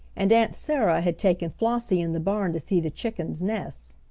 and aunt sarah had taken flossie in the barn to see the chickens' nests.